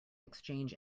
exchange